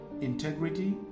integrity